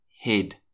head